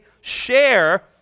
share